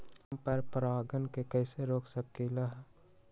हम पर परागण के कैसे रोक सकली ह?